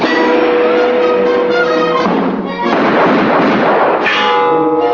are